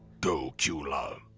go, cula!